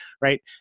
right